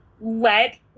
let